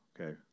Okay